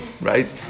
right